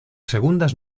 segundas